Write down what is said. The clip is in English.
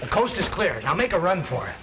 the coast is clear i'll make a run for